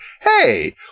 Hey